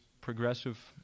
progressive